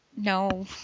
no